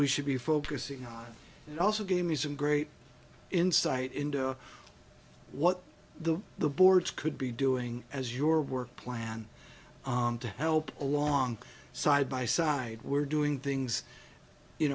we should be focusing on and also gave me some great insight into what the the board could be doing as your work plan to help along side by side we're doing things you